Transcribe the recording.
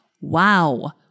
Wow